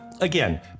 again